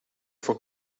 for